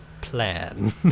plan